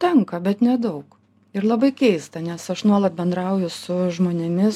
tenka bet nedaug ir labai keista nes aš nuolat bendrauju su žmonėmis